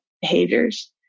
behaviors